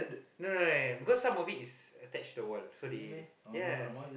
no no no no no because some of it is attached to one so they ya